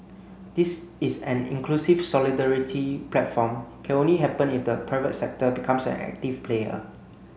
this is an inclusive solidarity platform can only happen if the private sector becomes an active player